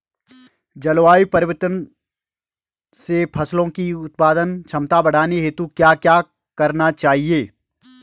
जलवायु परिवर्तन से फसलों की उत्पादन क्षमता बढ़ाने हेतु क्या क्या करना चाहिए?